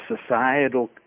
societal